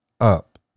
up